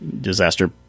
disaster